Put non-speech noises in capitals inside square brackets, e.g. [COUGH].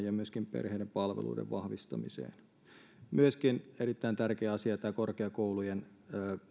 [UNINTELLIGIBLE] ja myöskin perheiden palveluiden vahvistamiseen myöskin erittäin tärkeä asia on tämä korkeakoulujen